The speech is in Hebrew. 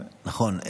נכון.